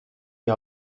die